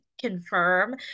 confirm